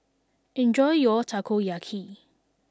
enjoy your Takoyaki